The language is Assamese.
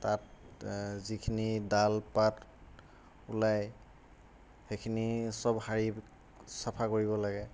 তাত যিখিনি ডাল পাত ওলায় সেইখিনি চব সাৰি চাফা কৰিব লাগে